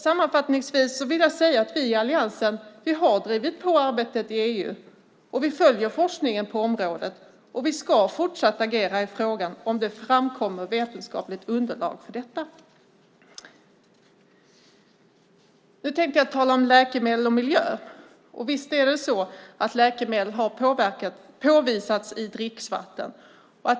Sammanfattningsvis vill jag säga att vi i alliansen har drivit på arbetet i EU. Vi följer forskningen på området och ska fortsatt agera i frågan om det framkommer vetenskapligt underlag för detta. Nu tänker jag tala om läkemedel och miljö. Visst är det så att läkemedel har påvisats i dricksvatten.